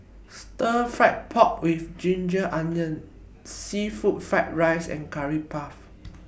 Stir Fried Pork with Ginger Onions Seafood Fried Rice and Curry Puff